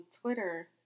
Twitter